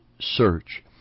search